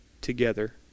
together